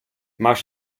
máš